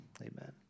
amen